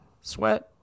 Sweat